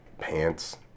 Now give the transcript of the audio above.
pants